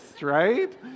right